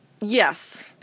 Yes